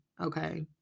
Okay